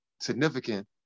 significant